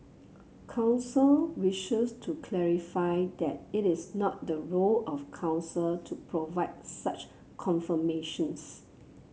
council wishes to clarify that it is not the role of Council to provide such confirmations